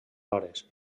hores